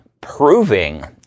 proving